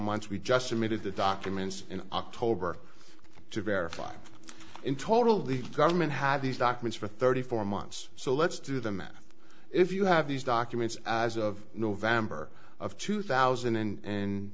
months we just needed the documents in october to verify in total the government have these documents for thirty four months so let's do the math if you have these documents as of november of two thousand and